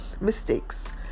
mistakes